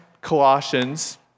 Colossians